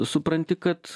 supranti kad